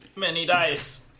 many nice